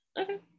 Okay